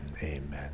amen